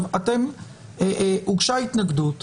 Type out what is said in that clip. הוגשה התנגדות